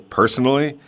personally